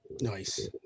Nice